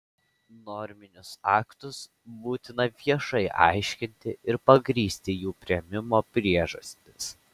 norminius aktus būtina viešai aiškinti ir pagrįsti jų priėmimo priežastis